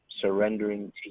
surrendering